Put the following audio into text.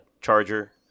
charger